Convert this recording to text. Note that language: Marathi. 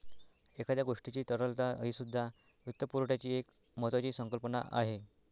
एखाद्या गोष्टीची तरलता हीसुद्धा वित्तपुरवठ्याची एक महत्त्वाची संकल्पना आहे